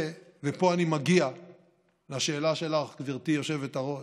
ופה אני מגיע לשאלה שלך, גברתי היושבת-ראש,